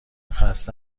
خسته